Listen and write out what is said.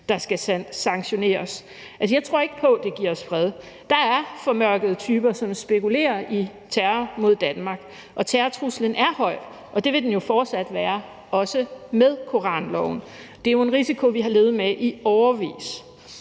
der skal sanktioneres? Altså, jeg tror ikke på, at det giver os fred. Der er formørkede typer, som spekulerer i terror mod Danmark, og terrortruslen er høj, og det vil den jo fortsat være også med koranloven. Det er jo en risiko, vi har levet med i årevis.